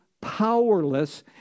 powerless